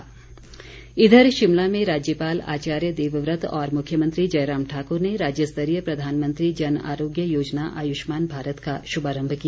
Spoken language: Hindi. जन आरोग्य योजना इधर शिमला में राज्यपाल आचार्य देवव्रत और मुख्यमंत्री जयराम ठाकुर ने राज्यस्तरीय प्रधानमंत्री जन आरोग्य योजना आयुष्मान भारत का शुभारम्भ किया